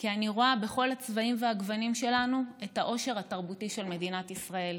כי אני רואה בכל הצבעים והגוונים שלנו את העושר התרבותי של מדינת ישראל,